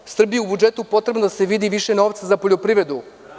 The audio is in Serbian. Srbiji je u budžetu potrebno da se vidi više novca za poljoprivredu.